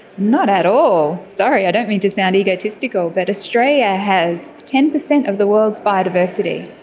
not at all. sorry, i don't mean to sound egotistical, but australia has ten percent of the world's biodiversity.